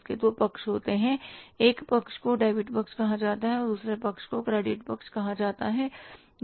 इसके दो पक्ष होते हैं एक पक्ष को डेबिट पक्ष कहा जाता है और दूसरे पक्ष को क्रेडिट पक्ष कहा जाता है